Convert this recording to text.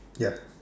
ya